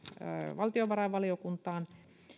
valtiovarainvaliokuntaan